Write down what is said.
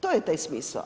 To je taj smisao.